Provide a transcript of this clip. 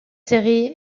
série